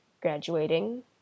graduating